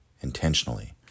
intentionally